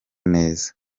neza